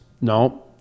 No